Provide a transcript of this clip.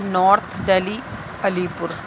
north Delhi علی پور